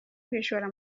kwishora